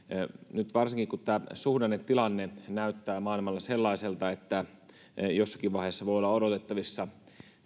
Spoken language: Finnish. nyt varsinkin kun tämä suhdannetilanne näyttää maailmalla sellaiselta että jossakin vaiheessa voi olla odotettavissa